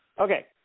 Okay